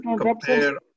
compare